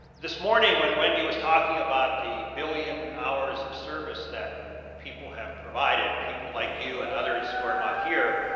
this morning when wendy was talking about the billion hours of service that people have provided, people like you and others who are not here,